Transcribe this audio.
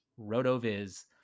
RotoViz